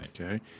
Okay